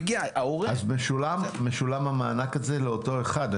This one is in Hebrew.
אז משולם המענק הזה לאותו אחד.